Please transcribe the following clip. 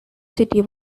city